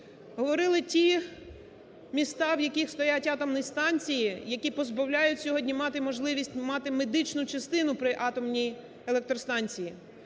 Говорили ті міста, в яких стоять атомні станції, які позбавляють сьогодні мати можливість мати медичну частину при атомній електростанції.